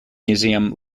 museum